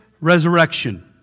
resurrection